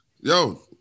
yo